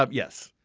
ah yes.